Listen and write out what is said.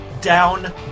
down